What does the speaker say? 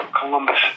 Columbus